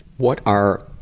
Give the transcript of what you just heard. what are